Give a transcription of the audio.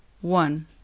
one